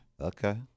Okay